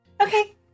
Okay